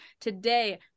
Today